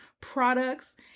products